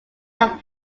have